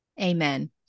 Amen